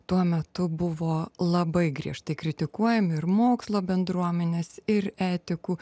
tuo metu buvo labai griežtai kritikuojami ir mokslo bendruomenės ir etikų